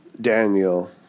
Daniel